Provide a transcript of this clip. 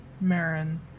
Marin